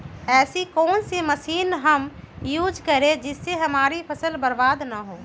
ऐसी कौन सी मशीन हम यूज करें जिससे हमारी फसल बर्बाद ना हो?